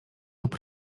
lub